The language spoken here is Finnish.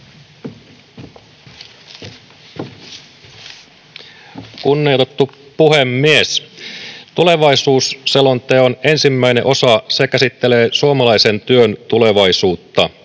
Kunnioitettu puhemies! Tulevaisuusselonteon ensimmäinen osa käsittelee suomalaisen työn tulevaisuutta,